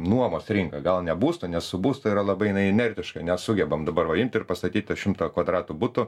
nuomos rinka gal ne būsto nes su būstu yra labai jinai inertiška nesugebam dabar va imti ir pastatyt tą šimtą kvadratų butų